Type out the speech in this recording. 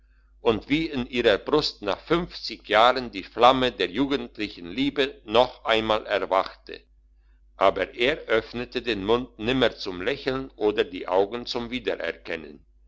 und wie in ihrer brust nach fünfzig jahren die flamme der jugendlichen liebe noch einmal erwachte aber er öffnete den mund nimmer zum lächeln oder die augen zum wiedererkennen